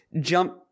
Jump